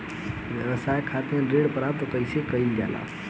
व्यवसाय खातिर ऋण प्राप्त कइसे कइल जाला?